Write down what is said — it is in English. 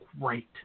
great